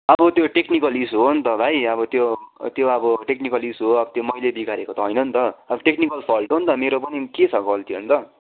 अब त्यो technical issue हो नि त भाइ अब त्यो त्यो अब टेक्निकल इस्यू हो अब मैले बिगारेको त होइन नि त अब टेक्निकल फल्ट हो नि त मेरो पनि के छ गल्ती अन्त